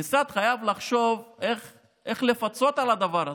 המשרד חייב לחשוב איך לפצות על הדבר הזה,